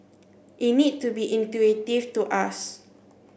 it needs to be intuitive to us